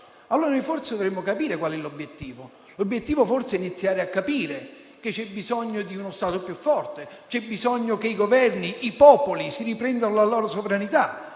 Allora forse dovremmo capire qual è l'obiettivo e comprendere che c'è bisogno di uno Stato più forte, c'è bisogno che i Governi e i popoli si riprendano la loro sovranità